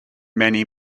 many